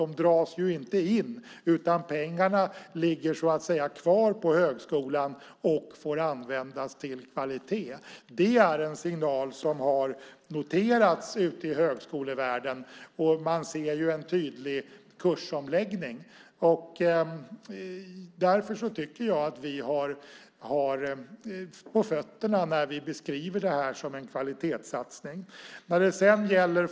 Pengarna dras inte in, utan de ligger så att säga kvar på högskolan och får användas till kvalitet. Det är en signal som har noterats ute i högskolevärlden, och man ser en tydlig kursomläggning. Därför tycker jag att vi har på fötterna när vi beskriver detta som en kvalitetssatsning.